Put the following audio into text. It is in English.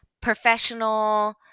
professional